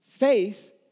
Faith